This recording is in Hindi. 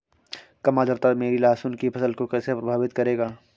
कम आर्द्रता मेरी लहसुन की फसल को कैसे प्रभावित करेगा?